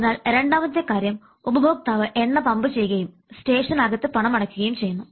അതിനാൽ രണ്ടാമത്തെ കാര്യം ഉപഭോക്താവ് എണ്ണ പമ്പു ചെയ്യുകയും സ്റ്റേഷന് അകത്ത് പണമടക്കുകയും ചെയ്യുന്നു